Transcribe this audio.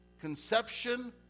conception